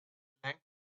language